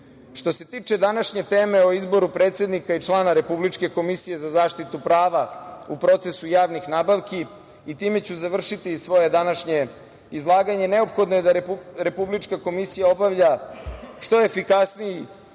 se tiče današnje teme o izboru predsednika i člana Republičke komisije za zaštitu prava u procesu javnih nabavki, i time ću završiti svoje današnje izlaganje, neophodno je da Republička komisija obavlja što efikasniji